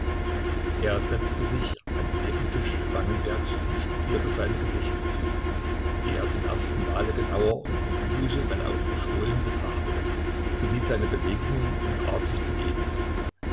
er setzte sich an den nebentisch spangenbergs und studierte seine gesichtszüge die er zum ersten male genauer und mit muße wenn auch verstohlen betrachtete sowie seine bewegungen und art sich zu geben